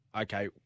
okay